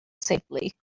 safely